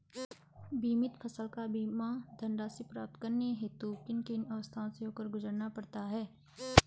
बीमित फसल का बीमा धनराशि प्राप्त करने हेतु किन किन अवस्थाओं से होकर गुजरना पड़ता है?